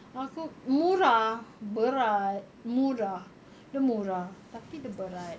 aku murah berat murah dia murah tapi dia berat